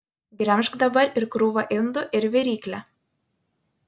gremžk dabar ir krūvą indų ir viryklę